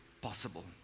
possible